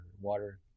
water